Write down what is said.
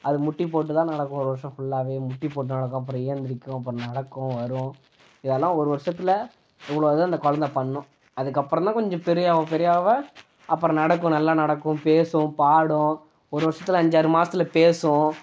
அது முட்டி போட்டு தான் நடக்கும் ஒரு வருடம் ஃபுல்லாவே முட்டி போட்டு நடக்கும் அப்புறோம் எழுந்திரிக்கும் அப்புறோம் நடக்கும் வரும் இதெல்லாம் ஒரு வருஷத்துல இவ்வளோ இதுவும் அந்த குழந்த பண்ணும் அதுக்கு அப்பறோந்தான் கொஞ்சம் பெரியாதாவும் பெரியாவ அப்பறம் நடக்கும் நல்லா நடக்கும் பேசும் பாடும் ஒரு வருஷத்துல அஞ்சாறு மாசத்தில் பேசும்